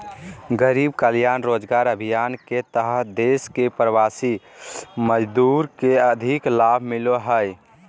गरीब कल्याण रोजगार अभियान के तहत देश के प्रवासी मजदूर के अधिक लाभ मिलो हय